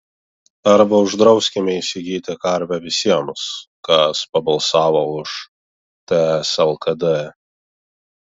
arba uždrauskime įsigyti karvę visiems kas pabalsavo už ts lkd